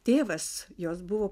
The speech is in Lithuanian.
tėvas jos buvo